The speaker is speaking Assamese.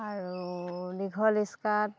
আৰু দীঘল স্কাৰ্ট